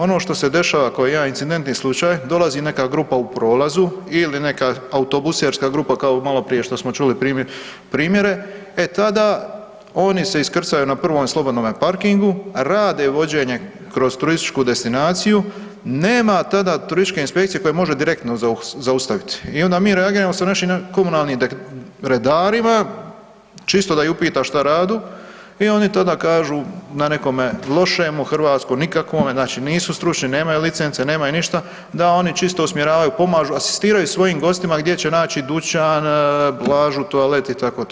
Ono što se dešava kao jedan incidentni slučaj, dolazi neka grupa u prolazu ili neka autobuserska grupa kao maloprije što smo čuli primjere, e tada oni se iskrcaju na prvom slobodnom parkingu, rade vođenje kroz turističku destinaciju, nema tada turističke inspekcije koja može direktno zaustaviti i onda mi reagiramo sa našim komunalnim redarima, čisto da ih upita šta radu i oni tada kažu na nekome lošemu hrvatskom, nikakvome, znači nisu stručni, nemaju licence, nemaju ništa, da oni čisto usmjeravaju, pomažu, asistiraju svojim gostima gdje će naći dućan, plažu, toalet i tako to.